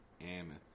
Amethyst